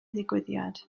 digwyddiad